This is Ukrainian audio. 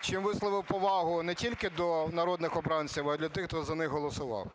чим висловив повагу не тільки до народних обранців, а і до тих, хто за них голосував.